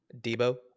Debo